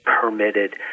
permitted